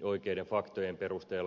oikeiden faktojen perusteella